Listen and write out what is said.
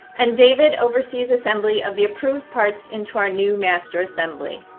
and david oversees assembly of the approved parts into our new master assembly.